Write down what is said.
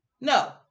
no